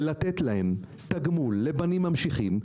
ולתת להם תגמול לבנים ממשיכים,